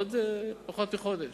בעוד פחות מחודש.